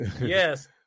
Yes